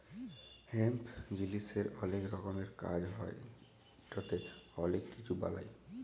hemp জিলিসের অলেক রকমের কাজ হ্যয় ইটতে অলেক কিছু বালাই